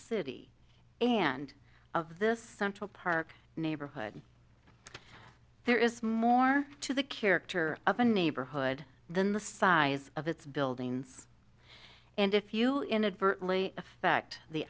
city and of this central park neighborhood there is more to the character of a neighborhood than the size of its building and if you inadvertently affect the